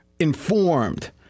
Informed